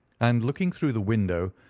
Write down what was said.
and, looking through the window,